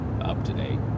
up-to-date